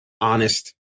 honest